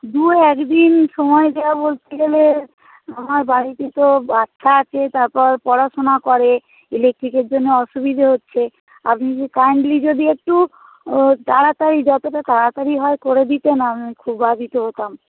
দু একদিন সময় দেওয়া বলতে গেলে আমার বাড়িতে তো বাচ্চা আছে তারপর পড়াশোনা করে ইলেকট্রিকের জন্য অসুবিধে হচ্ছে আপনি কি কাইন্ডলি যদি একটু তাড়াতাড়ি যতটা তাড়াতাড়ি হয় করে দিতেন না আমি খুব বাধিত হতাম